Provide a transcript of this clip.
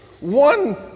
One